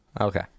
Okay